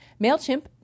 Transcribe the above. MailChimp